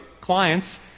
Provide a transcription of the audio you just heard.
clients